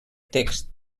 text